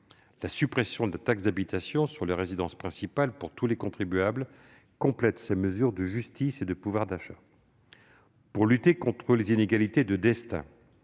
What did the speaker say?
La suppression de la taxe d'habitation sur les résidences principales pour tous les contribuables complète ces mesures de justice et de pouvoir d'achat. Pour lutter contre les inégalités de destin,